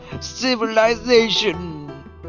Civilization